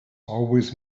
always